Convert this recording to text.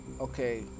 Okay